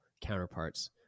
counterparts